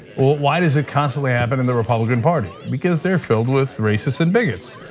well, why does it constantly happen in the republican party? because they're filled with racists and bigots.